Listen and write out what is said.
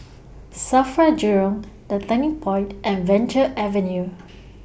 SAFRA Jurong The Turning Point and Venture Avenue